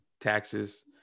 taxes